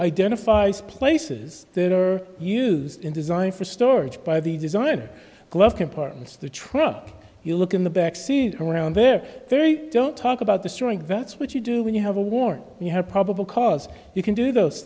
identifies places that are used in design for storage by the design glove compartment of the truck you look in the back seat around their three don't talk about the strike that's what you do when you have a warrant you have probable cause you can do those